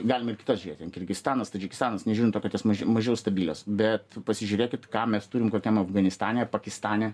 galima ir kitas žiūrėt ten kirgizstanas tadžikistanas nežiūrint to kad jos mažiau stabilios bet pasižiūrėkit ką mes turim kokiam afganistane ar pakistane